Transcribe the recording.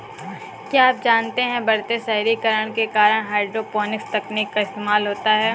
क्या आप जानते है बढ़ते शहरीकरण के कारण हाइड्रोपोनिक्स तकनीक का इस्तेमाल होता है?